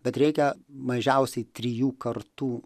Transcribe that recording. bet reikia mažiausiai trijų kartų